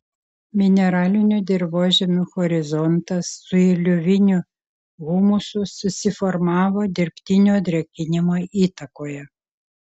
mineralinių dirvožemių horizontas su iliuviniu humusu susiformavo dirbtinio drėkinimo įtakoje